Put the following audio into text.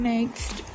Next